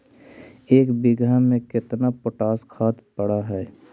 एक बिघा में केतना पोटास खाद पड़ है?